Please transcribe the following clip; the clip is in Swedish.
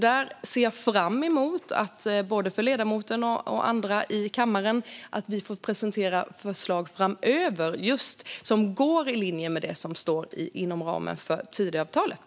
Där ser jag fram emot att vi får presentera förslag framöver, både för ledamoten och andra i kammaren, som är i linje med det som står inom ramen för Tidöavtalet.